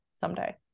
someday